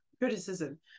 Criticism